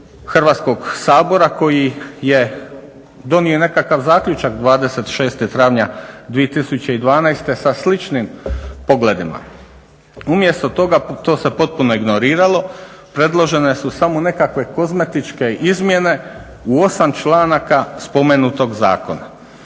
Hrvatskog sabora koji je donio nekakav zaključak 26.travanja 2012.sa sličnim pogledima. Umjesto toga, to se potpuno ignoriralo, predložene su samo nekakve kozmetičke izmjene u osam članaka spomenutog zakona.